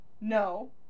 No